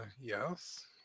yes